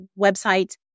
websites